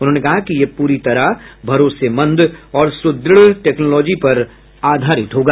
उन्होंने कहा कि यह पूरी तरह भरोसेमंद और सुद्रृढ टेक्नॉलोजी पर आधारित होगा